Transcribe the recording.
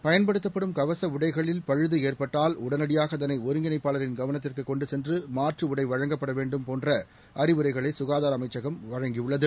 பயன்படுத்தப்படும் கவச உடைகளில் பழுது ஏற்பட்டால் உடனடியாக அதனை ஒருங்கிணைப்பாளரின் கவனத்துக்கு கொண்டு சென்று மாற்று உடை வழங்கப்பட வேண்டும் என்று சுகாதார அமைச்சகம் அறிவுறுத்தியுள்ளது